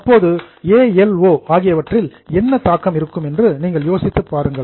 அப்போது A L மற்றும் O ஆகியவற்றில் என்ன இம்பேக்ட் தாக்கம் இருக்கும் என்று நீங்கள் யோசித்துப் பாருங்கள்